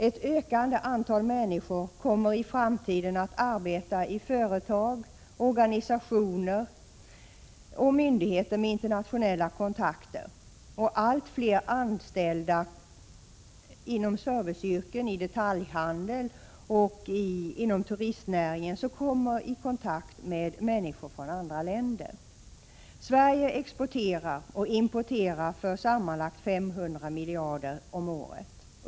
Ett ökande antal människor kommer i framtiden att arbeta i företag, organisationer och myndigheter med internationella kontakter. Allt fler anställda inom serviceyrkena, detaljhandeln och turistnäringen kommer i kontakt med människor från andra länder. Sverige exporterar och importerar för sammanlagt 500 miljarder kronor om året.